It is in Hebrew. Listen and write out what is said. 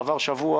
עבר שבוע.